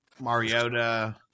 Mariota